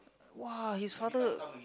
!wah! his father